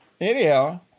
anyhow